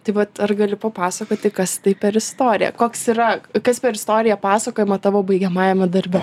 taip vat ar gali papasakoti kas tai per istorija koks yra kas per istorija pasakojama tavo baigiamajame darbe